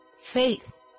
Faith